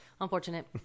Unfortunate